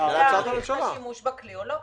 אם לעשות שימוש בכלי או לא.